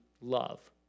love